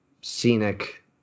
scenic